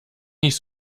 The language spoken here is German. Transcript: nicht